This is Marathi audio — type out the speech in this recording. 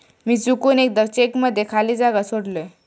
मी चुकून एकदा चेक मध्ये खाली जागा सोडलय